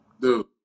dude